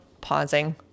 Pausing